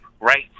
right